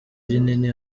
rinini